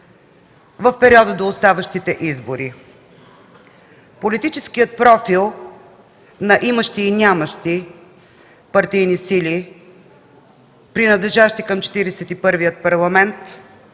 в периода до оставащите избори. Политическият профил на имащи и нямащи партийни сили, принадлежащи към Четиридесет